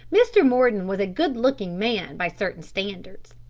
mr. mordon was a good-looking man by certain standards.